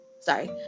Sorry